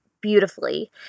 beautifully